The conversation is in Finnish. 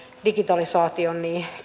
digitalisaation